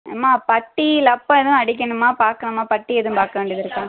அம்மா பட்டி லப்ப ஏதும் அடிக்கணுமா பார்க்கணுமா பட்டி எதுவும் பார்க்க வேண்டியது இருக்கா